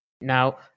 Now